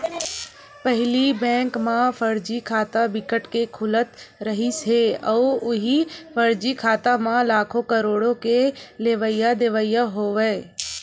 पहिली बेंक म फरजी खाता बिकट के खुलत रिहिस हे अउ उहीं फरजी खाता म लाखो, करोड़ो के लेवई देवई होवय